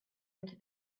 into